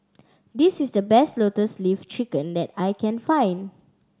this is the best Lotus Leaf Chicken that I can find